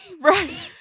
Right